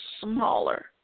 smaller